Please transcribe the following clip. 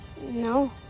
No